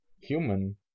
human